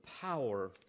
power